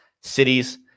cities